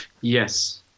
Yes